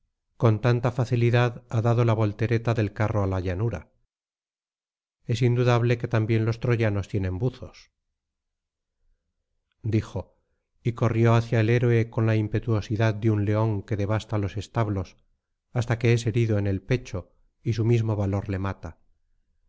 con tanta facilidad ha dado la voltereta del carro á la llanura es indudable que también los troyanos tienen pozos dijo y corrió hacia el héroe con la impetuosidad de un león que devasta los establos hasta que es herido en el pecho y su mismo valor le mata